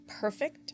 perfect